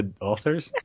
authors